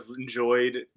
enjoyed